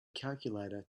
calculator